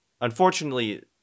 Unfortunately